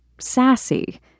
sassy